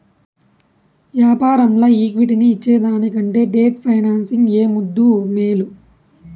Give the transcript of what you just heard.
యాపారంల ఈక్విటీని ఇచ్చేదానికంటే డెట్ ఫైనాన్సింగ్ ఏ ముద్దూ, మేలు